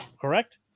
correct